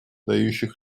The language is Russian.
дающих